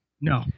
no